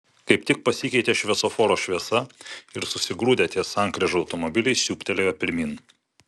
kaip tik pasikeitė šviesoforo šviesa ir susigrūdę ties sankryža automobiliai siūbtelėjo pirmyn